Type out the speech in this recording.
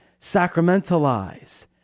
sacramentalize